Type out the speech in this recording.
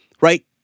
right